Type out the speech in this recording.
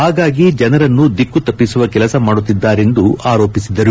ಹಾಗಾಗಿ ಜನರನ್ನು ದಿಕ್ಕು ತಪ್ಪಸುವ ಕೆಲಸ ಮಾಡುತ್ತಿದ್ದಾರೆಂದು ಆರೋಪಿಸಿದರು